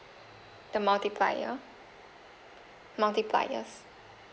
the multiplier multipliers